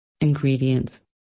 Ingredients